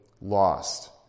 lost